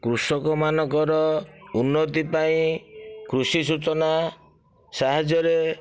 କୃଷକ ମାନଙ୍କର ଉନ୍ନତି ପାଇଁ କୃଷି ସୂଚନା ସାହାଯ୍ୟରେ